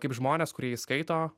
kaip žmonės kurie jį skaito